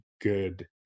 good